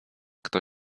kto